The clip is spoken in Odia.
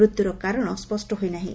ମୃତ୍ୟୁର କାରଣସ୍ୱଷ ହୋଇନାହିଁ